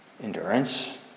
endurance